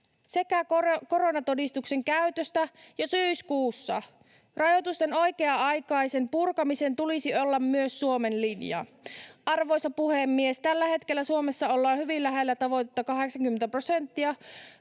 sekä koronatodistuksen käytöstä jo syyskuussa. Rajoitusten oikea-aikaisen purkamisen tulisi olla myös Suomen linja. Arvoisa puhemies! Tällä hetkellä Suomessa ollaan hyvin lähellä tavoitetta 80 prosentin